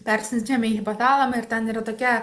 persiunčiami į hipotalamą ir ten yra tokia